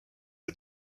est